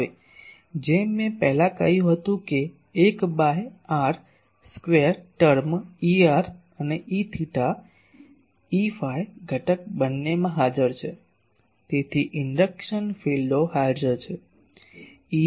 હવે જેમ મેં પહેલા કહ્યું હતું કે 1 by r square term Er અને Eϕ Eθ ઘટક બંનેમાં હાજર છે તેથી ઇન્ડક્શન ફીલ્ડો હાજર છે